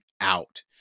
out